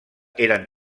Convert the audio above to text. eren